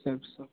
सब सब